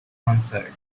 answered